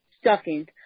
stockings